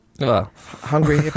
Hungry